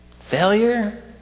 Failure